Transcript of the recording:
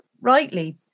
rightly